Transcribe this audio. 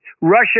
Russia